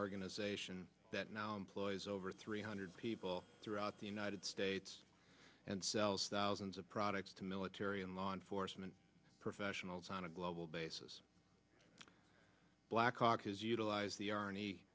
organization that now employs over three hundred people throughout the united states and sells thousands of products to military and law enforcement professionals on a global basis blackhawk has utilize the arni